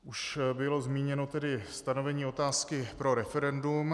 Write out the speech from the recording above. Už bylo zmíněno stanovení otázky pro referendum.